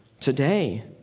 today